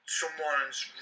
someone's